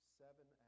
seven